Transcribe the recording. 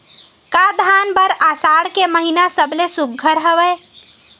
का धान बर आषाढ़ के महिना सबले सुघ्घर हवय?